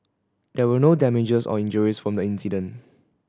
there were no damages or injuries from the incident